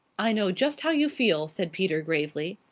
i know just how you feel, said peter, gravely.